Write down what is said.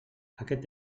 aquest